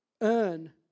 earn